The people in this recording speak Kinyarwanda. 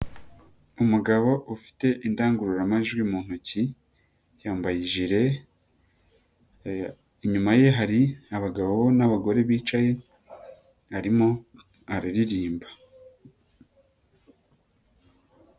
Umugabo ufite indangururamajwi mu ntoki yambaye ijire, inyuma ye hari abagabo n'abagore bicaye arimo araririmba.